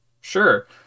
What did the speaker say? Sure